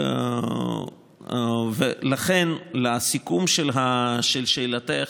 ולכן, לסיכום של שאלתך: